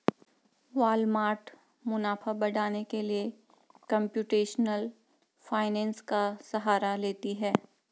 Walmart मुनाफा बढ़ाने के लिए कंप्यूटेशनल फाइनेंस का सहारा लेती है